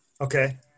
Okay